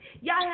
Y'all